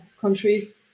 countries